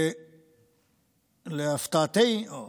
להפתעתי, או